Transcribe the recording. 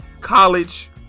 college